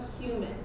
human